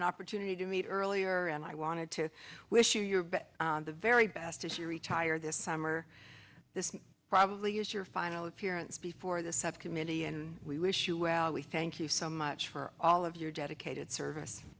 an opportunity to meet earlier and i wanted to wish you the very best as you retire this summer this probably is your final appearance before the subcommittee and we wish you well we thank you so much for all of your dedicated service